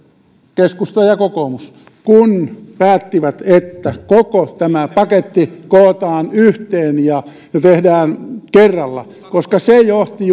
keskusta ja kokoomus kun päätti että koko paketti kootaan yhteen ja tehdään kerralla koska se johti